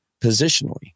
positionally